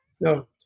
No